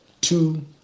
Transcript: two